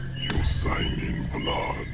sign in blood. ow!